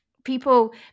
people